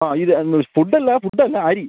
ആ ഇത് എന്ന് ഫുഡ് അല്ല ഫുഡ് അല്ല അരി